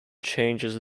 changes